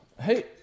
Hey